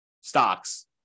stocks